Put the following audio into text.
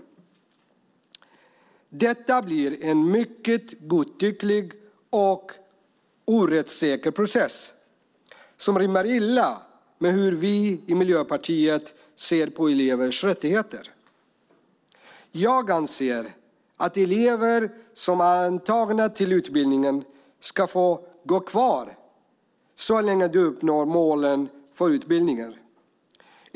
Det blir en mycket godtycklig och inte rättssäker process som rimmar illa med hur vi i Miljöpartiet ser på elevers rättigheter. Jag anser att elever som är antagna till utbildningen ska få gå kvar så länge de uppnår målen på utbildningen.